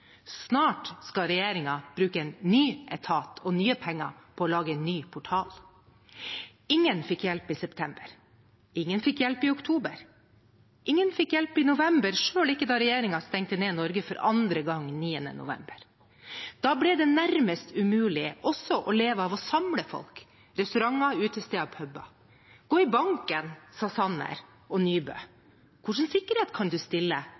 Snart skal regjeringen bruke en ny etat og nye penger på å lage en ny portal. Ingen fikk hjelp i september. Ingen fikk hjelp i oktober. Ingen fikk hjelp i november, selv ikke da regjeringen stengte ned Norge for andre gang, den 9. november. Da ble det nærmest umulig også å leve av å samle folk – restauranter, utesteder, puber. Gå i banken, sa Sanner og Nybø. Hvilken sikkerhet kan du stille,